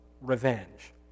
revenge